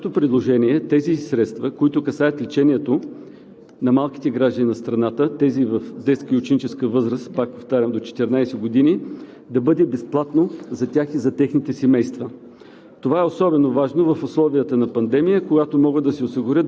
По нашите изчисления се касае за 130 млн. лв. Нашето предложение е тези средства, които касаят лечението на малките граждани на страната, тези в детска и ученическа възраст, пак повтарям, до 14 години, да бъде безплатно за тях и техните семейства.